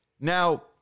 Now